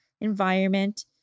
environment